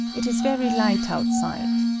it is very light outside.